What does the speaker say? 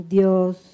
Dios